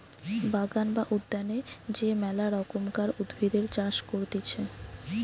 বাগান বা উদ্যানে যে মেলা রকমকার উদ্ভিদের চাষ করতিছে